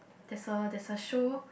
there's a there's a show